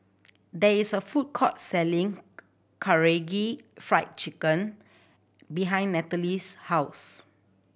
there is a food court selling Karaage Fried Chicken behind Nathaly's house